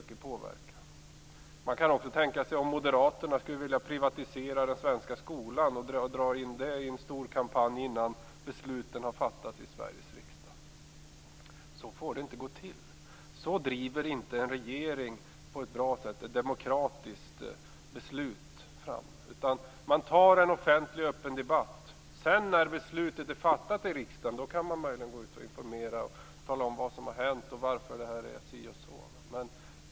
Det går också att tänka sig om Moderaterna skulle vilja privatisera skolan och skulle dra i gång en stor kampanj innan besluten fattats i Sveriges riksdag. Så får det inte gå till. Så driver inte en regering på ett demokratiskt sätt fram ett bra beslut. Det skall vara en offentlig, öppen debatt. Sedan när beslutet har fattats i riksdagen kan man informera och tala om varför saker och ting är si och så.